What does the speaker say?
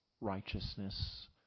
Righteousness